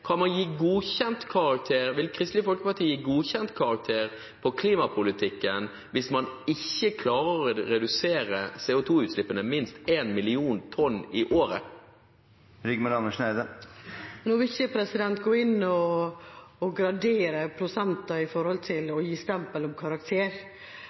kan det hende at det økte i 2015 i stedet for å gå ned. Spørsmålet mitt er: Vil Kristelig Folkeparti gi godkjentkarakter på klimapolitikken hvis man ikke klarer å redusere CO2-utslippene med minst 1 mill. tonn i året? Nå vil ikke jeg gå inn og gradere prosenter